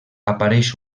apareix